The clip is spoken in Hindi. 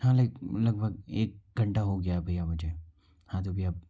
हाँ ले लगभग एक घंटा हो गया हे भैया मुझे हाँ तो भैया